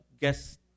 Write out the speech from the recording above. guest